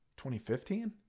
2015